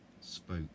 spoke